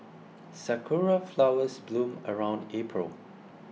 sakura flowers bloom around April